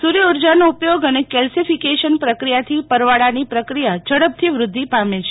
સૂર્થ ઉર્જાનો ઉપયોગે અને ક્રેલ્શિફીકેશન પ્રક્રિયા થી પરવાળાની પ્રક્રિયા ઝડપ થી વૃદ્ધિ પામે છે